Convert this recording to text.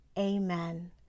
amen